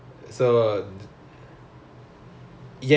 oh okay okay then is like a totally different game play lah